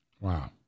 Wow